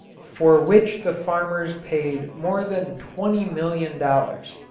for which the farmers paid more than twenty million dollars.